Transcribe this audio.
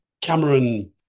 Cameron